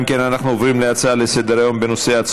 אנחנו עוברים להצעה לסדר-היום מס' 11062,